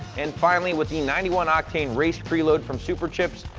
and finally, with the ninety one octane race pre-load from superchips,